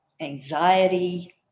anxiety